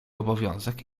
obowiązek